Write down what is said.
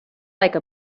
like